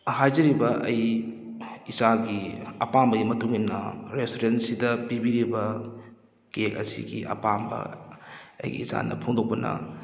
ꯍꯥꯏꯖꯔꯤꯕ ꯑꯩ ꯏꯆꯥꯒꯤ ꯑꯄꯥꯝꯕꯒꯤ ꯃꯇꯨꯡꯏꯟꯅ ꯔꯦꯁꯇꯨꯔꯦꯟꯁꯤꯗ ꯄꯤꯕꯤꯔꯤꯕ ꯀꯦꯛ ꯑꯁꯤꯒꯤ ꯑꯄꯥꯝꯕ ꯑꯩꯒꯤ ꯏꯆꯥꯅ ꯐꯣꯡꯗꯣꯛꯄꯅ